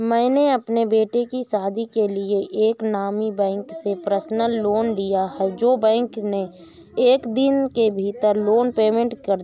मैंने अपने बेटे की शादी के लिए एक नामी बैंक से पर्सनल लोन लिया है जो बैंक ने एक दिन के भीतर लोन पेमेंट कर दिया